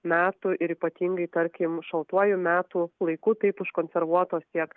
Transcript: metų ir ypatingai tarkim šaltuoju metų laiku taip užkonservuotos tiek